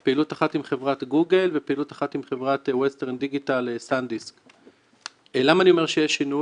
עם סטרטאפ ניישן, שזה